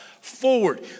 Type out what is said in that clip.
forward